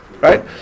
Right